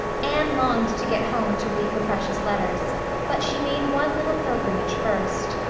anne longed to get home to read her precious letters but she made one little pilgrimage first.